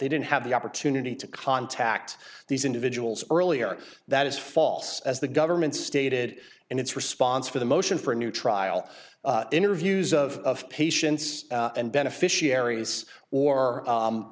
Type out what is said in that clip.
they didn't have the opportunity to contact these individuals earlier that is false as the government's stated and its response for the motion for a new trial interviews of patients and beneficiaries or